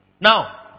Now